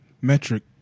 Metric